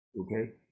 Okay